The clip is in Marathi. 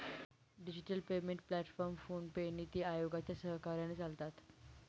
digital payment platform PhonePe, NITI आयोगाच्या सहकार्याने चालतात